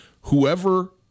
whoever